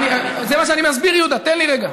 זה מה שאני מסביר, יהודה, תן לי רגע.